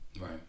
Right